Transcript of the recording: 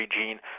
gene